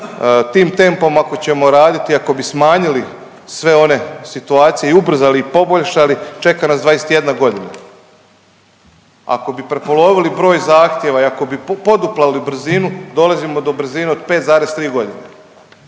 Tim tempom ako ćemo radit i ako bi smanjili sve one situacije i ubrzali i poboljšali, čeka nas 21 godina. Ako bi prepolovili broj zahtjeva i ako bi poduplali brzinu, dolazimo do brzine od 5,3 godine.